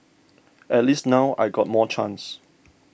at least now I got more chance